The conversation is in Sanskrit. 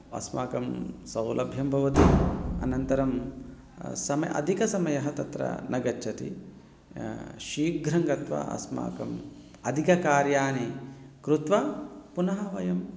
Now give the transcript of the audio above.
अस्माकं सौलभ्यं भवति अनन्तरं समयः अधिकसमयः तत्र न गच्छति शीघ्रङ्गत्वा अस्माकम् अधिककार्याणि कृत्वा पुनः वयम्